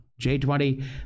J20